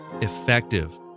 effective